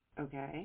Okay